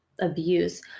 abuse